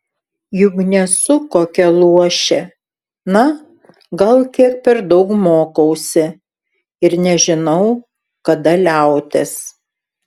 juk nesu kokia luošė na gal kiek per daug mokausi ir nežinau kada liautis